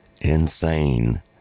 insane